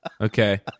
Okay